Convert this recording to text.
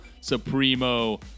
Supremo